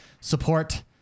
support